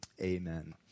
Amen